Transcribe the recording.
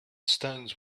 stones